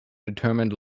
determined